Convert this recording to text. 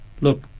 Look